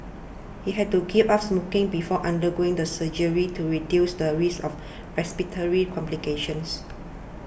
he had to give up smoking before undergoing the surgery to reduce the risk of respiratory complications